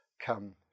come